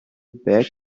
back